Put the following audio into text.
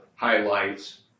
highlights